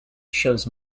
shows